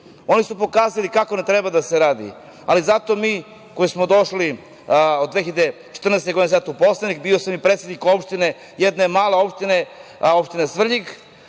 su pokazali kako ne treba da se radi, ali zato mi koji smo došli… Od 2014. godine sam ja poslanik. Bio sam i predsednik opštine, jedne male opštine, opštine Svrljig,